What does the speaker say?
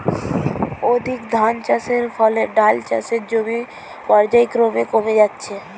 অধিক ধানচাষের ফলে ডাল চাষের জমি পর্যায়ক্রমে কমে যাচ্ছে